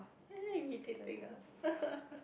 you